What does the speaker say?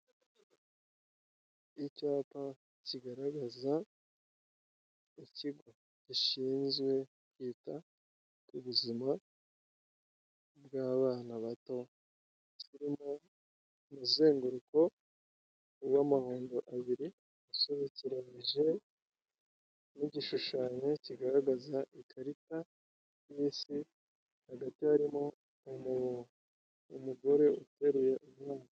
Icyapa kigaragaza ikigo gishinzwe kwita ku buzima bw'abana bato, kirimo umuzenguruko w'amahundo abiri asobekeranije n'igishushanyo kigaragaza ikarita y'Isi, hagati harimo umuntu, umugore uteruye umwana.